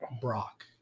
brock